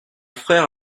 frère